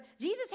Jesus